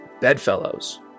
bedfellows